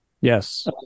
Yes